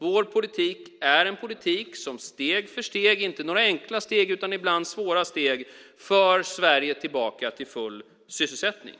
Vår politik är en politik som steg för steg - inte några enkla steg, ibland svåra steg - för Sverige tillbaka till full sysselsättning.